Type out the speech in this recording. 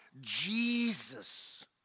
Jesus